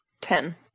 Ten